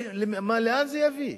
לאן זה יביא?